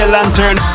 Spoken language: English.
Lantern